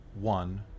one